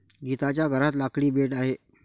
गीताच्या घरात लाकडी बेड आहे